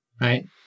Right